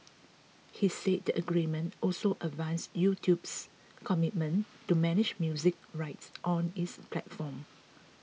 he said the agreement also advanced YouTube's commitment to manage music rights on its platform